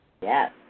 Yes